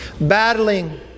battling